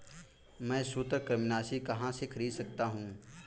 मैं सूत्रकृमिनाशी कहाँ से खरीद सकता हूँ?